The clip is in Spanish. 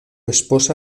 esposa